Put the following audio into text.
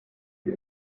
die